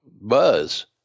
buzz